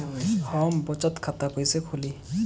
हम बचत खाता कईसे खोली?